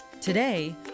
Today